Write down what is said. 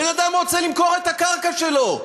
בן-אדם רוצה למכור את הקרקע שלו,